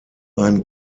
ein